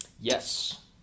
Yes